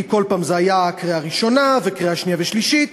כי כל פעם זה היה קריאה ראשונה וקריאה שנייה ושלישית.